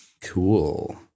Cool